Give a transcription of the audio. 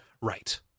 Right